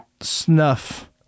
snuff